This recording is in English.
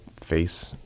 face